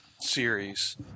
series